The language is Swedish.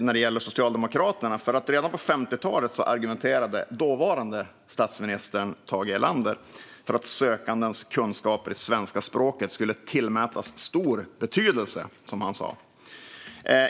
Redan på 1950-talet argumenterade dåvarande statsministern Tage Erlander för att sökandes kunskaper i svenska språket skulle tillmätas stor betydelse.